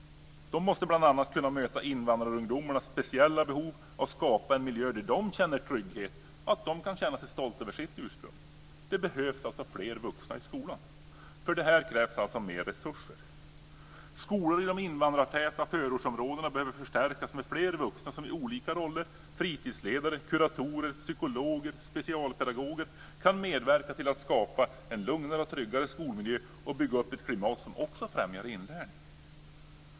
De måste bl.a. kunna möta invandrarungdomarnas speciella behov och skapa en miljö där de känner trygghet och där de kan känna sig stolta över sitt ursprung. Det behövs fler vuxna i skolan. För det krävs mer resurser. Skolor i de invandrartäta förortsområdena behöver förstärkas med fler vuxna som i olika roller - fritidsledare, kuratorer, psykologer, specialpedagoger - kan medverka till att skapa en lugnare och tryggare skolmiljö och bygga upp ett klimat som också främjar inlärning.